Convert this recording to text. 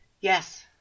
Yes